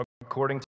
according